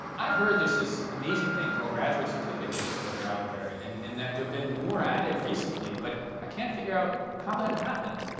i've heard there's this amazing thing called graduate certificates that are out there and and that there have been more added recently. but i can't figure out how that happened.